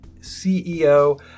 CEO